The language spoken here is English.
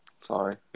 Sorry